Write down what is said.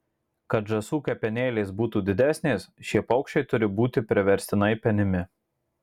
kad žąsų kepenėlės būtų didesnės šie paukščiai turi būti priverstinai penimi